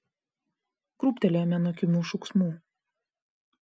krūptelėjome nuo kimių šauksmų